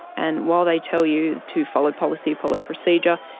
and while they tell you to follow policy follow procedure,